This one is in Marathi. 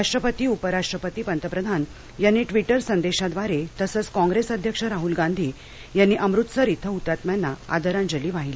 राष्ट्रपती उपराष्ट्रपती पंतप्रधान यांनी ट्विटर संदेशाद्वारे तसंच काँग्रेस अध्यक्ष राहुल गांधी यांनी अमृतसर इथं हुतात्म्यांना आदरांजली वाहिली